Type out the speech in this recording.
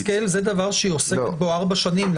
חברת הכנסת השכל, זה דבר שהיא עוסקת בו ארבע שנים.